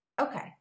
Okay